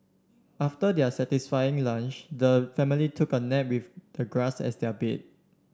after their satisfying lunch the family took a nap with the grass as their bed